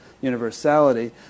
universality